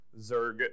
Zerg